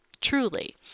truly